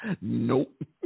nope